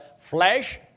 flesh